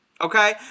Okay